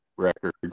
Record